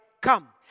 come